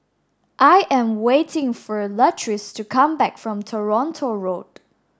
I am waiting for Latrice to come back from Toronto Road